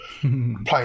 playing